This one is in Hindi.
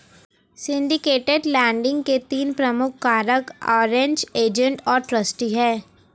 सिंडिकेटेड लेंडिंग के तीन प्रमुख कारक अरेंज्ड, एजेंट और ट्रस्टी हैं